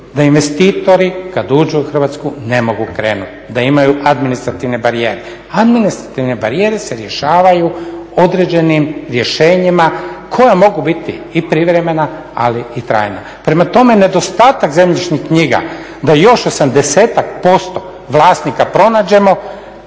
da investitori kad uđu u Hrvatsku ne mogu krenuti, da imaju administrativne barijere. Administrativne barijere se rješavaju određenim rješenjima koja mogu biti i privremena, ali i trajna. Prema tome, nedostatak zemljišnih knjiga da još osamdesetak posto